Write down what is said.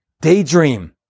Daydream